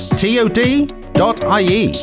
tod.ie